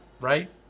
right